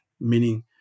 meaning